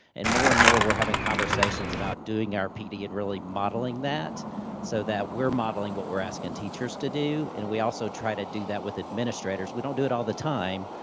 and more and more we're having conversations about doing our pd and really modeling that so that we're modeling what we're asking teachers to do, and we also try to do that with administrators. we don't do it all the time.